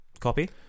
copy